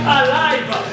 alive